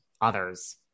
others